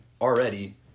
already